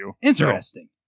Interesting